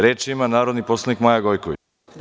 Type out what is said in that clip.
Reč ima narodni poslanik Maja Gojković.